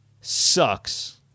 sucks